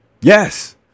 yes